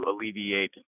alleviate